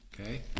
Okay